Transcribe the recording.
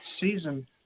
season